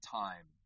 time